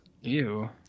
Ew